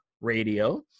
Radio